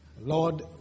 Lord